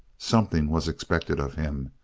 something was expected of him.